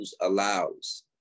allows